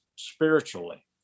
spiritually